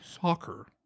soccer